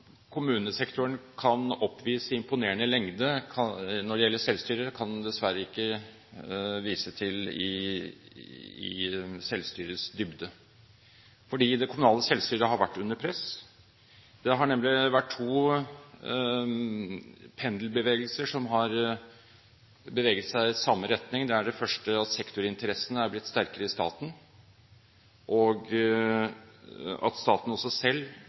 kommunesektoren kan oppvise i imponerende lengde når det gjelder selvstyre, kan den dessverre ikke vise til i dybde, for det kommunale selvstyret har vært under press. Det har nemlig vært to pendelbevegelser som har beveget seg i samme retning: Det første er at sektorinteressene er blitt sterkere i staten. Det at staten selv har ønsket å sentralisere mer makt, passer også